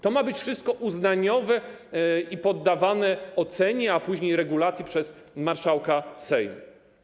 To ma być wszystko uznaniowe i poddawane ocenie, a później regulacji przez marszałka Sejmu.